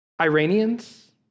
Iranians